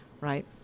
right